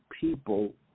people